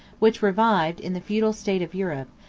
which revived, in the feudal state of europe,